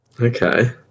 Okay